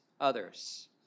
others